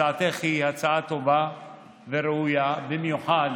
הצעתך היא הצעה טובה וראויה, במיוחד